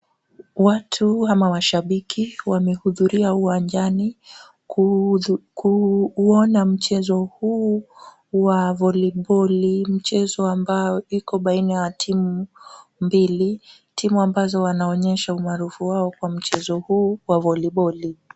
Watu ama washabiki wamehudhuria uwanjani kuona mchezo huu wa voliboli ni mchezo ambao iko baina ya timu mbili. Timu ambazo wanaonyesha umaarufu wao kwa mchezo huu wa voliboli.